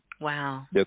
Wow